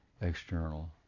external